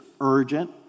urgent